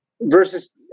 versus –